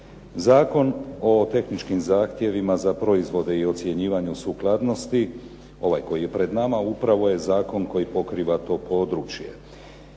Zakon o tehničkih zahtjevima za proizvode i ocjenjivanje sukladnosti ovaj koji je pred nama, upravo je zakon koji pokriva to područje.